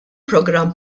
programm